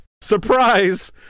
Surprise